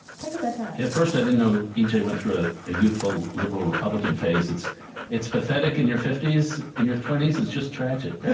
talk about that yeah. at first, i didn't know e j. went through a youthful liberal republican phase. it's it's pathetic in your fifty s. in your twenty s, it's just tragic